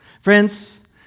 friends